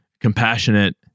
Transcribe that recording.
compassionate